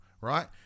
right